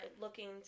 looking